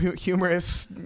humorous